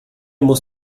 muss